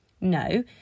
No